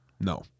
No